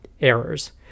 errors